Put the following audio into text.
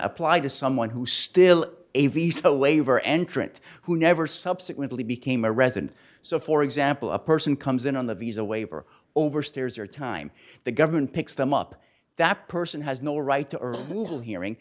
apply to someone who still a visa waiver entrant who never subsequently became a resident so for example a person comes in on the visa waiver overstayers or time the government picks them up that person has no right to earn who hearing